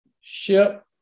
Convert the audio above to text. ship